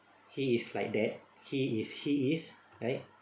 he is like that he is he is right